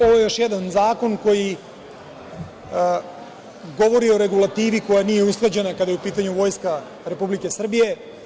Ovo je još jedan zakon koji govori o regulativi koja nije usklađena kada je u pitanju Vojska Republike Srbije.